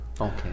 Okay